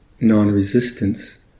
non-resistance